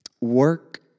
Work